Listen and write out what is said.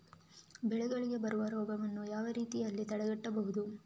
ಬೆಳೆಗಳಿಗೆ ಬರುವ ರೋಗಗಳನ್ನು ಯಾವ ರೀತಿಯಲ್ಲಿ ತಡೆಗಟ್ಟಬಹುದು?